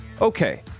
Okay